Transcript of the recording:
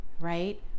right